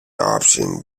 option